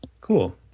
Cool